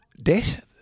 Debt